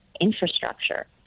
infrastructure